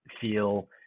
feel